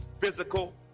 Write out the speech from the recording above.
physical